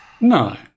No